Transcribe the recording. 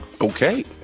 Okay